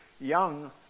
young